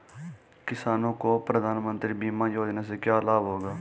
किसानों को प्रधानमंत्री बीमा योजना से क्या लाभ होगा?